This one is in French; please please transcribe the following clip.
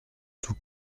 tout